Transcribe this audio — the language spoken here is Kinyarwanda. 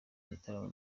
bitaramo